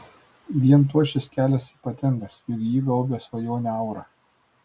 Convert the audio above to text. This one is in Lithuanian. vien tuo šis kelias ypatingas juk jį gaubia svajonių aura